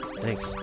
thanks